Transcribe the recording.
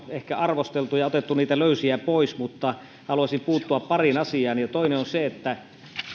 aivan tarpeeksi arvosteltu ja otettu niitä löysiä pois mutta haluaisin puuttua pariin asiaan toinen on se että